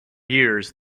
years